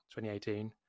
2018